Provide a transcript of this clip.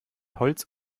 holz